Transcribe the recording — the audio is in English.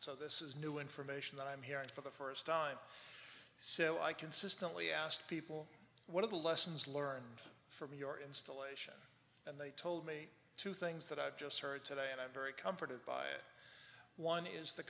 so this is new information that i'm hearing for the first time so i consistently asked people what are the lessons learned from your installation and they told me two things that i just heard today and i'm very comforted by it one is the